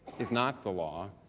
is not the law.